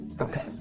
Okay